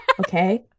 Okay